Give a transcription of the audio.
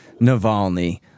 Navalny